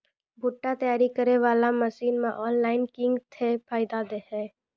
भुट्टा तैयारी करें बाला मसीन मे ऑनलाइन किंग थे फायदा हे?